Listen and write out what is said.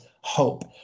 hope